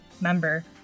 member